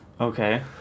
Okay